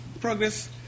progress